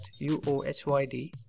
UOHYD